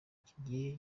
kigiye